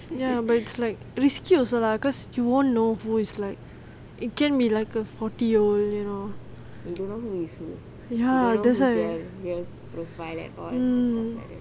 ya but it's like risky also lah because you won't know who is like it can be like a forty year old you know ya that's why mm